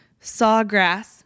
Sawgrass